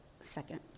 second